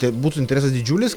kad būtų interesas didžiulis